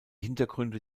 hintergründe